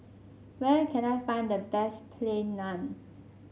where can I find the best Plain Naan